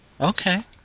Okay